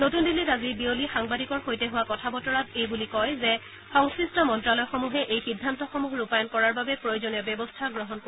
নতুন দিল্লীত আজি বিয়লি সাংবাদিকৰ সৈতে হোৱা কথা বতৰাত এইবুলি কয় যে সংশ্লিষ্ট মন্তালয়সমূহে এই সিদ্ধান্তসমূহ ৰূপায়ণ কৰাৰ বাবে প্ৰয়োজনীয় ব্যৱস্থা গ্ৰহণ কৰিব